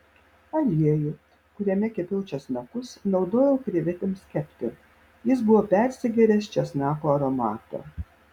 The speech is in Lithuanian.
aliejų kuriame kepiau česnakus naudojau krevetėms kepti jis buvo persigėręs česnako aromato